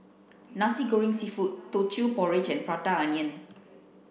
Nasi Goreng seafood Teochew porridge and Prata onion